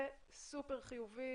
זה סופר חיובי